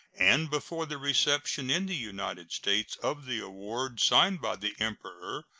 and before the reception in the united states of the award signed by the emperor,